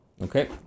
okay